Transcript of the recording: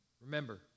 Remember